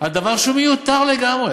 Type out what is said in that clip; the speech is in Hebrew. על דבר שהוא מיותר לגמרי.